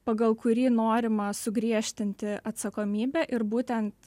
pagal kurį norima sugriežtinti atsakomybę ir būtent